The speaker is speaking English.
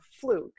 fluke